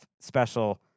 special